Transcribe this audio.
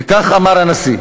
וכך אמר הנשיא: